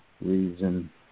reason